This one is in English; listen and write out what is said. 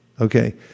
okay